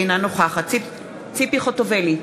אינה נוכחת ציפי חוטובלי,